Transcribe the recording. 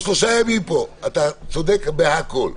אנחנו שלושה ימים פה, אתה צודק בכול.